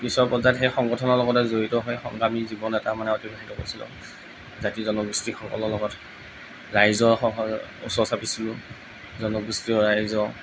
পিছৰ পৰ্যায়ত সেই সংগঠনৰ লগতে জড়িত হৈ সংগ্ৰামী জীৱন এটা মানে অতিবাহিত কৰিছিলোঁ জাতি জনগোষ্ঠীসকলৰ লগত ৰাইজৰ সহ ওচৰ চাপিছিলোঁ জনগোষ্ঠীয় ৰাইজৰ